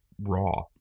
raw